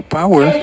power